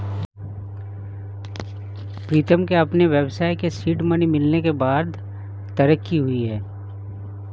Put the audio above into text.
प्रीतम के अपने व्यवसाय के सीड मनी मिलने के बाद तरक्की हुई हैं